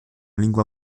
lingua